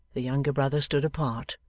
the younger brother stood apart.